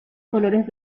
colores